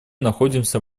находимся